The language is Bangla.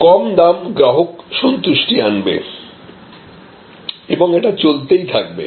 কম দাম গ্রাহক সন্তুষ্টি আনবে এবং এটা চলতেই থাকবে